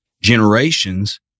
generations